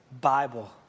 Bible